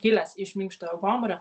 kilęs iš minkštojo gomurio